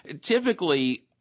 Typically